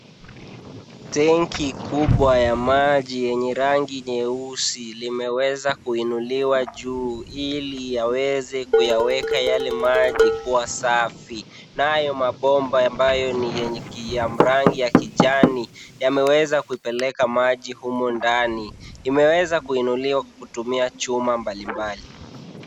Tenki kubwa ya maji yenye rangi nyeusi limeweza kuinuliwa juu ili yaweze kuyaweka yale maji kuwa safi. Nayo mabomba ambayo ni ya rangi ya kijani yameweza kuipeleka maji humu ndani. Imeweza kuinuliwa kutumia chuma mbalimbali.